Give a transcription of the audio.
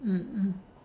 mm mm